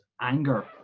anger